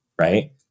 Right